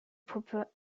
puppe